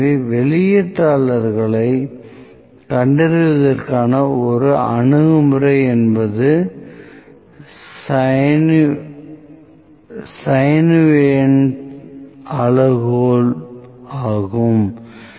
எனவே வெளியிட்டார்களை கண்டறிவதற்கான ஒரு அணுகுமுறை என்பது சயூவெனெட்டின் அளவுகோல்Chauvenet's criterion ஆகும்